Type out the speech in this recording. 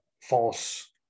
false